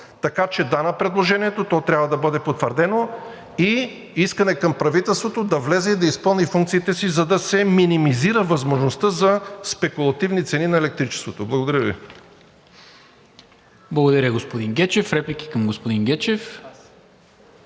Така че: да на предложението, то трябва да бъде подкрепено, и искане към правителството да влезе и изпълни функциите си, за да се минимизира възможността за спекулативни цени на електричеството. Благодаря Ви. ПРЕДСЕДАТЕЛ НИКОЛА МИНЧЕВ: Благодаря, господин Гечев. Реплика към господин Гечев?